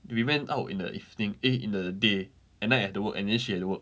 we went out in the evening eh in the day at night I have to work and then she have to work